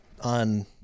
on